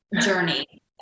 journey